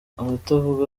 abatavuga